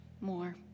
more